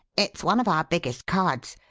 it's one of our biggest cards.